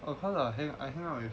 of course ah I I hang out with